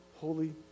Holy